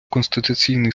конституційний